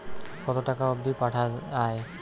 কতো টাকা অবধি পাঠা য়ায়?